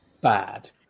bad